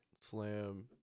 slam